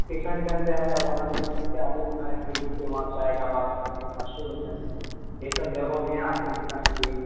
کشن گنج ہے وہاں لے جا کر کے آپ کو گھمائیں گے جیسے وہاں چائے کا باغان بہت مشہور ہے یہ سب جگہوں میں آپ کو گھمائیں گے